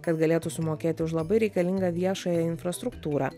kad galėtų sumokėti už labai reikalingą viešąją infrastruktūrą